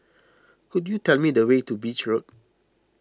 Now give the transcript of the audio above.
could you tell me the way to Beach Road